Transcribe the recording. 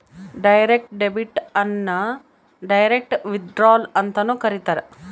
direct debit ಅನ್ನು direct withdrawal ಅಂತನೂ ಕರೀತಾರ